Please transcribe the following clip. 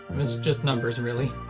it's just numbers, really.